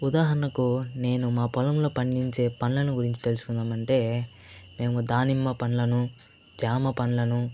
ఉదాహరణకు నేను మా పొలంలో పండించే పండ్లను గురించి తెలుసుకుందాం అంటే మేము దానిమ్మ పండ్లను జామ పండ్లను